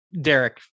Derek